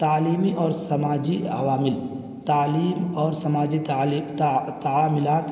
تعلیمی اور سماجی عوامل تعلیم اور سماجی تعلیم تعمیلات